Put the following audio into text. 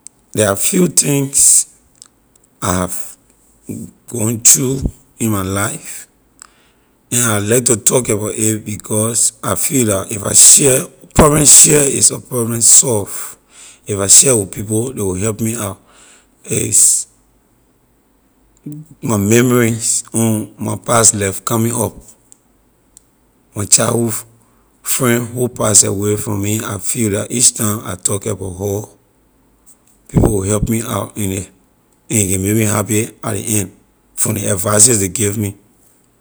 There are few things I have gone through in my life and I like to talk about a because I feel that if I share problem share is a problem solve if I share with people ley will help me out its my memories on my pass life coming up my childhood friend who pass away from me I feel dah each time I talk about her people will help me out in it and a can make me happy at ley end from ley advices ley give me.